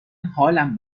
حالم